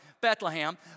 Bethlehem